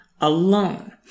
alone